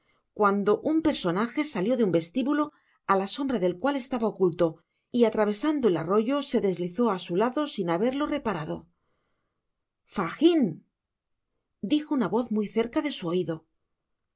cuando un personaje salió de un vestibulo á la sombra del cual estaba oculto y atravesando el arroyo se deslizó á su lado sin haberlo reparado fagin dijo una voz muy cerca de su oido ah hizo el